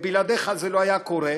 ובלעדיך זה לא היה קורה.